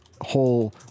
whole